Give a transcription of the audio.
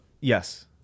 yes